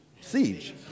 Siege